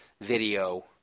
video